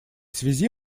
связи